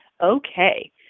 Okay